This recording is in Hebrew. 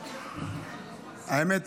האמת,